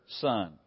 son